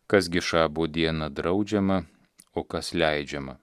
kas gi šabo dieną draudžiama o kas leidžiama